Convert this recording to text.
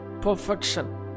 perfection